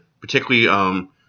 particularly